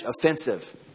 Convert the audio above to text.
offensive